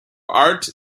art